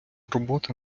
робота